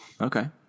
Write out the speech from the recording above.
Okay